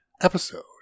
episode